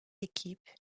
équipe